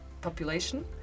population